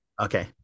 Okay